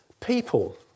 people